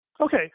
Okay